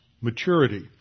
maturity